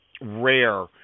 rare